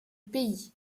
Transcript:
pays